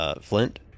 Flint